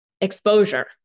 exposure